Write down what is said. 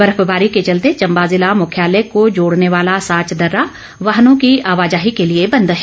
बर्फबारी के चलते चम्बा जिला मुख्यालय को जोड़ने वाला साच दर्रा वाहनों की आवाजाही के लिए बंद है